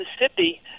Mississippi